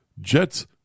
Jets